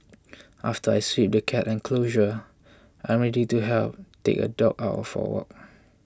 after I sweep the cat enclosure I am ready to help take a dog out for a walk